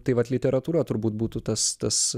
tai vat literatūra turbūt būtų tas tas